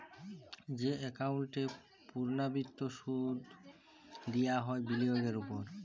যে একাউল্টে পুর্লাবৃত্ত কৃত সুদ দিয়া হ্যয় বিলিয়গের উপর